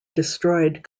destroyed